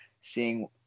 seeing